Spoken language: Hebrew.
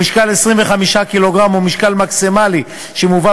ומשקל 25 קילוגרם הוא משקל מקסימלי שמובא